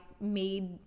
made